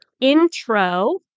intro